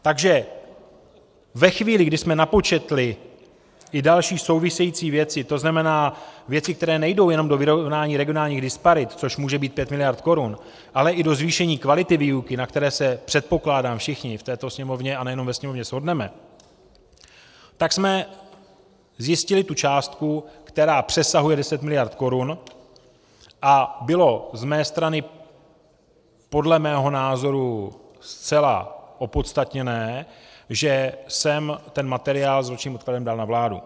Takže ve chvíli, kdy jsme napočetli další související věci, tzn. věci, které nejdou jenom do vyrovnání regionálních disparit, což může být 5 miliard korun, ale i do zvýšení kvality výuky, na které se, předpokládám, všichni v této Sněmovně, a nejenom ve Sněmovně, shodneme, tak jsme zjistili tu částku, která přesahuje 10 miliard korun, a bylo z mé strany podle mého názoru zcela opodstatněné, že jsem ten materiál s ročním odkladem dal na vládu.